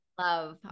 love